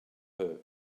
her